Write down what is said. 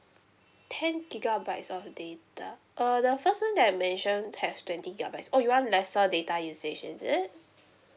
ten gigabytes of data err the first one that I mentioned have twenty gigabytes oh you want lesser data usage is it